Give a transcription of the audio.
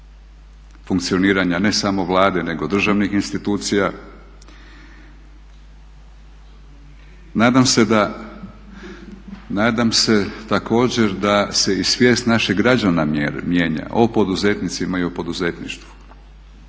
funkcioniranja ne samo Vlade nego državnih institucija. Nadam se da, nadam se također da se i svijest naših građana mijenja o poduzetnicima i o poduzetništvu